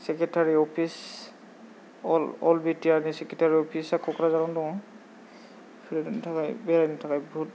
secretary office all B T R नि secretary अफिसा क'क्राझारावनो दङ' बेरायनो थाखाय बहुद